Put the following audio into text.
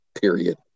period